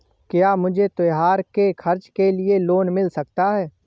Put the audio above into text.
क्या मुझे त्योहार के खर्च के लिए लोन मिल सकता है?